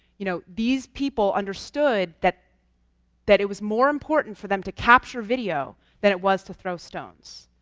you know these people understood that that it was more important for them to capture video than it was to throw stones.